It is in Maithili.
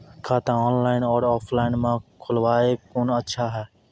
खाता ऑनलाइन और ऑफलाइन म खोलवाय कुन अच्छा छै?